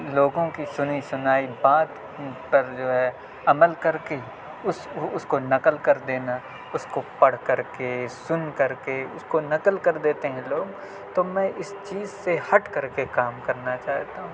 لوگوں کی سنی سنائی بات پر جو ہے عمل کر کے اس اس کو نقل کر دینا اس کو پڑھ کر کے سن کر کے اس کو نقل کر دیتے ہیں لوگ تو میں اس چیز سے ہٹ کر کے کام کرنا چاہتا ہوں